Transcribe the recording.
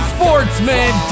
Sportsman